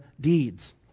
deeds